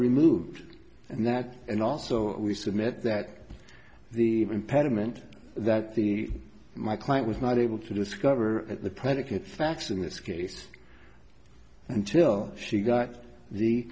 removed and that and also we submit that the impediment that the my client was not able to discover at the predicate facts in this case until she got the